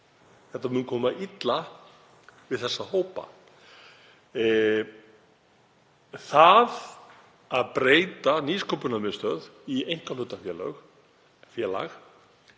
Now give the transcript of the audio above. Þetta mun koma illa við þessa hópa. Það að breyta Nýsköpunarmiðstöð í einkahlutafélag